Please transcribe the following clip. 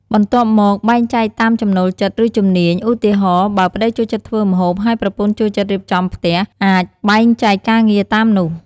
បន្ទាប់មក បែងចែកតាមចំណូលចិត្ត ឬជំនាញ ឧទាហរណ៍ បើប្ដីចូលចិត្តធ្វើម្ហូប ហើយប្រពន្ធចូលចិត្តរៀបចំផ្ទះ អាចបែងចែកការងារតាមនោះ។